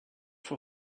for